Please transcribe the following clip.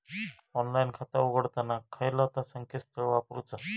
Online खाता उघडताना खयला ता संकेतस्थळ वापरूचा?